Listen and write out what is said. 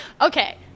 Okay